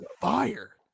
Fire